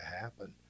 happen